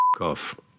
off